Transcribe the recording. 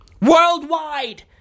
Worldwide